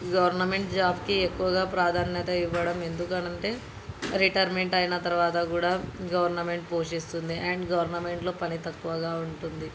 government జాబ్కు ఎక్కువగా ప్రాధాన్యత ఇవ్వడం ఎందుకనంటే రిటైర్మెంట్ అయిన తర్వాత కూడా గవర్నమెంట్ పోషిస్తుంది అండ్ గవర్నమెంట్లో పని తక్కువగా ఉంటుంది